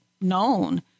known